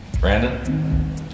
Brandon